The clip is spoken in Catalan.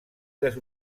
les